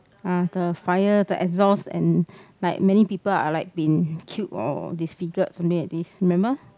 uh the fire the exhaust and like many people are like been killed or disfigured something like this remember